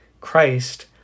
Christ